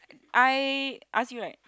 I ask you right